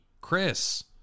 Chris